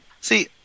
See